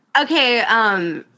Okay